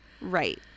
Right